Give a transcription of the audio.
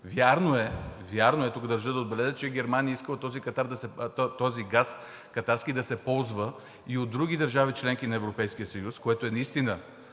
Вярно е, тук държа да отбележа, че Германия е искала този газ, катарският, да се ползва и от други държави – членки на Европейския съюз, което е наистина